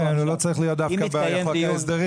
כן, הוא לא צריך להיות דווקא בחוק ההסדרים.